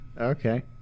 Okay